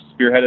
spearheaded